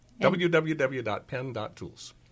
www.pen.tools